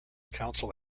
council